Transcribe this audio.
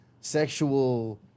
sexual